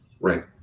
Right